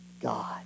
God